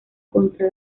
contra